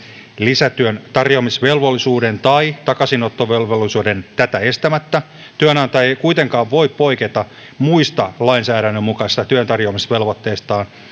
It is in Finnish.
lisätyön tarjoamisvelvollisuuden tai takaisinottovelvollisuuden tätä estämättä työnantaja ei kuitenkaan voi poiketa muista lainsäädännön mukaisista työntarjoamisvelvoitteistaan